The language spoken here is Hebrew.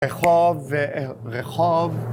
רחוב, רחוב.